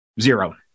zero